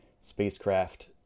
spacecraft